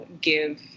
give